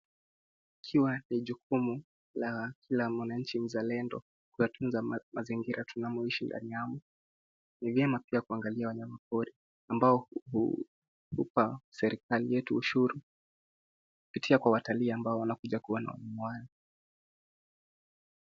Ikiwa ni jukumu la kila mwananchi mzalendo kuyatunza mazingira tunamoishi ndani yamo. Ni vyema pia kuangalia wanyama pori, ambao hupa serikali yetu ushuru ,kupitia kwa watalii wanaokuja kuona wanyama wale.